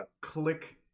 click